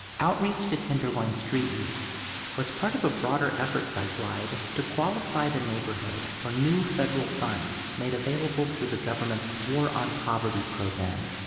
outreach to tenderloin street youth was part of a broader effort by glide to qualify the neighborhood for new federal funds made available through the government's war on poverty program.